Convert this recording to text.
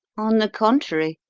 on the contrary,